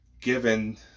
given